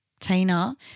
Tina